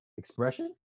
Expression